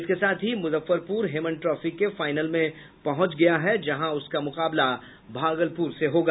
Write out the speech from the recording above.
इसके साथ ही मुजफ्फरपुर हेमन ट्रॉफी के फाइनल में पहुंच गया है जहां उसका मुकाबला भागलपुर से होगा